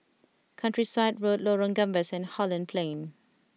Countryside Road Lorong Gambas and Holland Plain